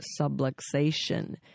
subluxation